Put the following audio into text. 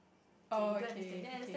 oh okay okay